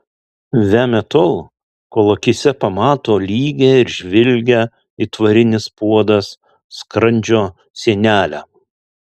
vemia tol kol akyse pamato lygią ir žvilgią it varinis puodas skrandžio sienelę